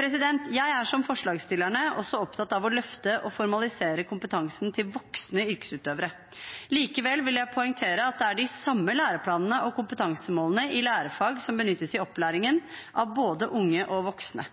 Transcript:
Jeg er, som forslagsstillerne, også opptatt av å løfte og formalisere kompetansen til voksne yrkesutøvere. Likevel vil jeg poengtere at det er de samme læreplanene og kompetansemålene i lærefag som benyttes i opplæringen av både unge og voksne.